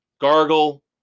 gargle